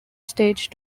stage